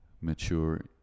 mature